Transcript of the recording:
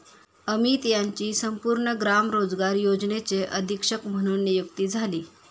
अमित यांची संपूर्ण ग्राम रोजगार योजनेचे अधीक्षक म्हणून नियुक्ती झाली